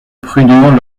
prudent